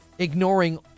Ignoring